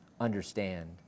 understand